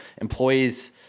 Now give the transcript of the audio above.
employees